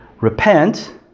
repent